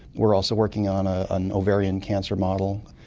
we're also working on ah an ovarian cancer model,